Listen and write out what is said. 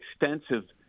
extensive